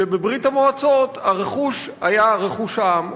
שבברית-המועצות הרכוש היה רכוש העם.